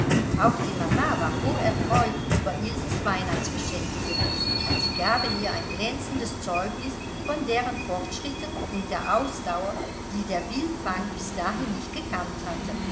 auch die mama war hocherfreut über ilses weihnachtsgeschenke gewesen sie gaben ihr ein glänzendes zeugnis von deren fortschritten und der ausdauer die der wildfang bis dahin nicht gekannt hatte